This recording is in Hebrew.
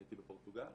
הייתי בפורטוגל